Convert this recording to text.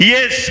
Yes